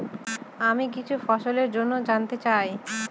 আমি কিছু ফসল জন্য জানতে চাই